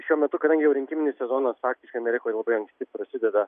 šiuo metu kadangi jau rinkiminis sezonas faktiškai amerikoj labai anksti prasideda